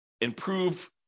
improve